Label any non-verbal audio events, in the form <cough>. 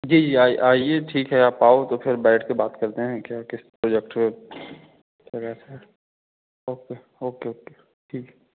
जी जी आइए ठीक है आप आओ तो फिर बैठ के बात करते हैं क्या किस प्रोजेक्ट पे <unintelligible> ओके ओके ओके ठीक